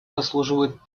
заслуживает